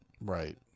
Right